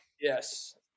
Yes